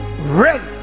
ready